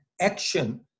action